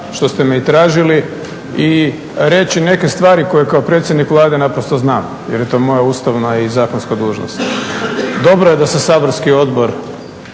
što ste me i tražili i reći neke stvari koje kao predsjednik Vlade naprosto znam jer je to moja ustavna i zakonska dužnost. Dobro je da se saborski odbor,